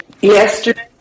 yesterday